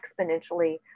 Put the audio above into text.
exponentially